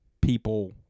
people